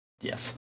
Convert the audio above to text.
yes